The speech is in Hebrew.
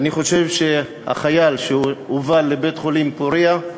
אני חושב שהחייל, שהובא לבית-החולים פוריה,